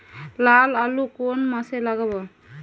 লাল আলু কোন মাসে লাগাব?